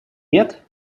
нет